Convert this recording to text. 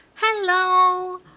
Hello